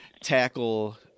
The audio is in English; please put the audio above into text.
tackle